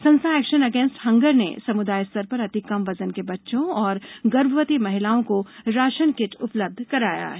संस्था Action Against Hunger ने समुदाय स्तर पर अति कम वजन के बच्चों और गर्भवती महिलाओं को राशन किट उपलब्ध कराया है